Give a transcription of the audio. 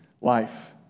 life